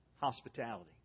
hospitality